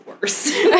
worse